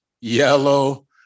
yellow